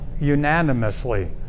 unanimously